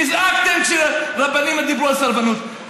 נזעקתם כשרבנים דיברו על סרבנות.